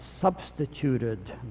substituted